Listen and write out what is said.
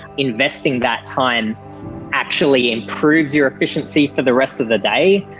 investing that time actually improves your efficiency for the rest of the day,